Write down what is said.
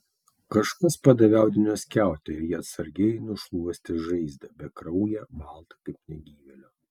kažkas padavė audinio skiautę ir ji atsargiai nušluostė žaizdą bekrauję baltą kaip negyvėlio